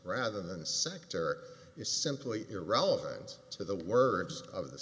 rather than sector is simply irrelevant to the words of the